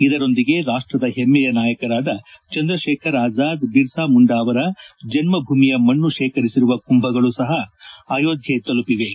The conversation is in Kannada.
ಇದರೊಂದಿಗೆ ರಾಷ್ಟದ ಹೆಮ್ನೆಯ ನಾಯಕರಾದ ಚಂದ್ರಶೇಖರ್ ಆಜಾದ್ ಐರ್ಸಾ ಮುಂಡಾ ಅವರ ಜನ್ನ ಭೂಮಿಯ ಮಣ್ಣ ಶೇಖರಿಸಿರುವ ಕುಂಭಗಳು ಸಹ ಅಯೋಧ್ವೆ ತಲುಪಿವೆ